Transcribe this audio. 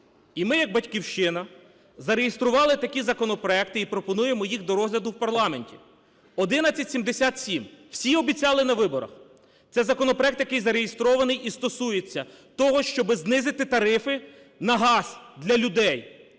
І ми як "Батьківщина" зареєстрували такі законопроекти і пропонуємо їх до розгляду в парламенті: 1177, всі обіцяли на виборах, це законопроект, який зареєстрований і стосується того, щоби знизити тарифи на газ для людей.